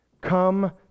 come